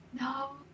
no